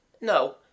No